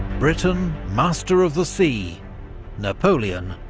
britain, master of the sea napoleon,